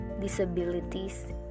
disabilities